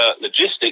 logistics